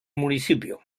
municipio